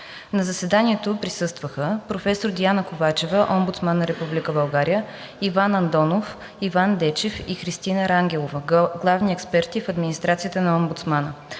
На заседанието присъстваха: професор доктор Диана Ковачева – Омбудсман на Република България, Иван Андонов, Иван Дечев и Христина Рангелова – главни експерти в администрацията на омбудсмана.